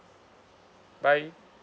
bye